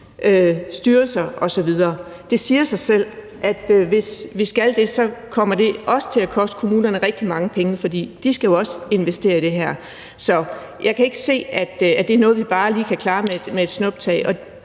styrelser osv. Det siger sig selv, at hvis vi skal det, kommer det også til at koste kommunerne rigtig mange penge, for de skal jo også investere i det her. Så jeg kan ikke se, at det er noget, vi bare lige kan klare med et snuptag.